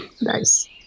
nice